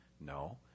No